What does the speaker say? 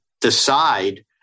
decide